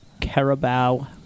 Carabao